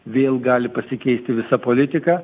vėl gali pasikeisti visa politika